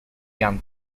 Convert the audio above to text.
gun